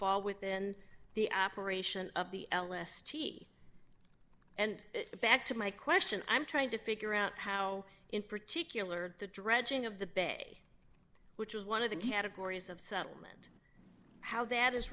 fall within the operation of the l s t and back to my question i'm trying to figure out how in particular the dredging of the bay which is one of the categories of settlement how that is